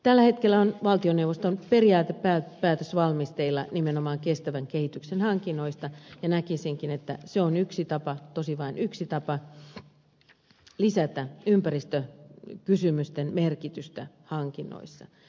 tällä hetkellä on valmisteilla valtioneuvoston periaatepäätös nimenomaan kestävän kehityksen hankinnoista ja näkisinkin että se on yksi tapa tosin vain yksi tapa lisätä ympäristökysymysten merkitystä hankinnoissa